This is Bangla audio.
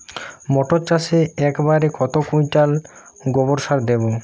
মটর চাষে একরে কত কুইন্টাল গোবরসার দেবো?